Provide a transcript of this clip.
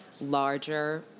larger